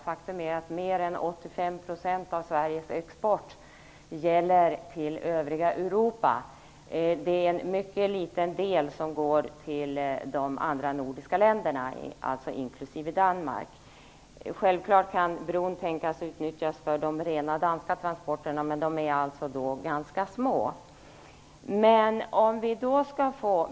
Faktum är att mer än 85 % av Sveriges export går till övriga Europa. Det är en mycket liten del som går till de andra nordiska länderna, inklusive Danmark. Bron kan självfallet tänkas utnyttjas för de rena danska transporterna, men de är alltså ganska små.